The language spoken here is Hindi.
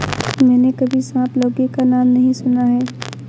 मैंने कभी सांप लौकी का नाम नहीं सुना है